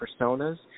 personas